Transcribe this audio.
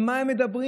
על מה הם מדברים?